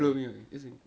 blow me away it's okay